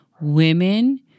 women